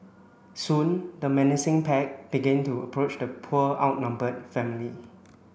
soon the menacing pack began to approach the poor outnumbered family